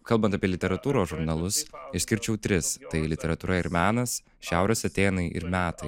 kalbant apie literatūros žurnalus išskirčiau tris literatūra ir menas šiaurės atėnai ir metai